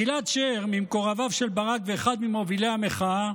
גלעד שר, ממקורביו של ברק ואחד ממובילי המחאה,